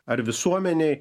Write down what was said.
ar visuomenėj